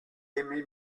aimé